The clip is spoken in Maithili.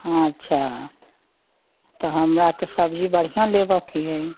अच्छा तऽ हमरा तऽ सब्जी बढ़िआँ लेबऽ के अइ